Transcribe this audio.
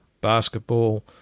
basketball